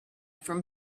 from